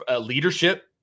leadership